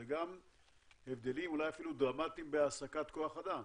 זה גם הבדלים אולי אפילו דרמטיים בהעסקת כוח אדם.